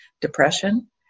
depression